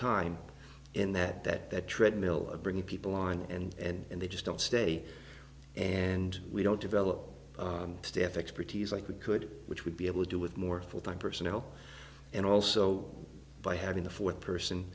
time in that that that treadmill of bringing people on and they just don't stay and we don't develop staff expertise like we could which would be able to do with more full time personnel and also by having a fourth person